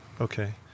Okay